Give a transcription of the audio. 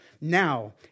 Now